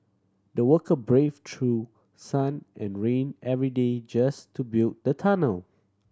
the worker brave through sun and rain every day just to build the tunnel